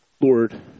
Lord